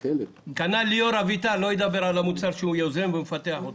כנ"ל ליאור אביטל לא ידבר על המוצר שהוא יוזם ומפתח.